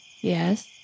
Yes